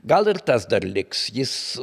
gal ir tas dar liks jis